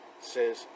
says